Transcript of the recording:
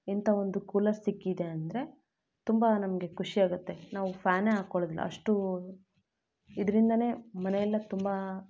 ಇಂಥ ಒಂದು ಕೂಲರ್ ಸಿಕ್ಕಿದೆ ಅಂದರೆ ತುಂಬ ನಮಗೆ ಖುಷಿಯಾಗುತ್ತೆ ನಾವು ಫ್ಯಾನೇ ಹಾಕ್ಕೊಳ್ಳೋದಿಲ್ಲ ಅಷ್ಟೂ ಇದರಿಂದಲೇ ಮನೆಯೆಲ್ಲ ತುಂಬ